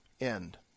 end